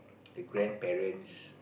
the grandparents